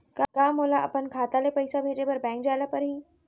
का मोला अपन खाता ले पइसा भेजे बर बैंक जाय ल परही?